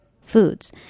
foods